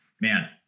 man